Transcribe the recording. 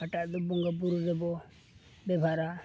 ᱦᱟᱴᱟᱜ ᱫᱚ ᱵᱚᱸᱜᱟ ᱵᱩᱨᱩ ᱨᱮᱵᱚ ᱵᱮᱵᱷᱟᱨᱟ